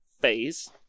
phase